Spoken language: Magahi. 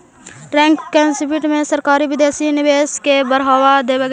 टैक्स कंपटीशन से सरकारी विदेशी निवेश के बढ़ावा देवऽ हई